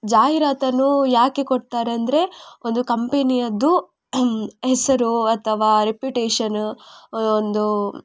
ಜಾಹಿರಾತನ್ನು ಯಾಕೆ ಕೊಡ್ತಾರೆ ಅಂದರೆ ಒಂದು ಕಂಪೆನಿಯದ್ದು ಹೆಸರು ಅಥವಾ ರೇಪ್ಯುಟೇಷನ್ ಒಂದೂ